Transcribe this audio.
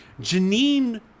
janine